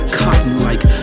cotton-like